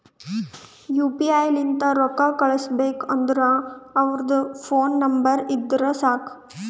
you P I ಲಿಂತ್ ರೊಕ್ಕಾ ಕಳುಸ್ಬೇಕ್ ಅಂದುರ್ ಅವ್ರದ್ ಫೋನ್ ನಂಬರ್ ಇದ್ದುರ್ ಸಾಕ್